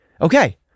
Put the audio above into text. Okay